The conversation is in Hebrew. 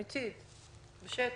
בשטח,